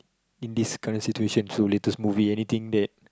in this current situation so latest movie anything that